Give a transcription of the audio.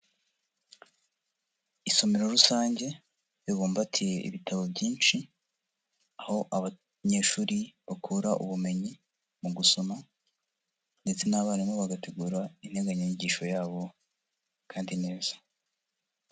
Isomero rusange ribumbatiye ibitabo byinshi, aho abanyeshuri bakura ubumenyi mu gusoma ndetse n'abarimu bagategura integanyanyigisho yabo kandi neza.